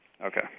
Okay